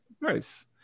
Nice